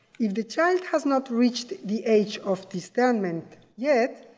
if the child has not reached the age of discernment yet,